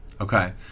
Okay